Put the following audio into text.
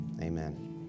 amen